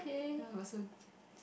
ya it was a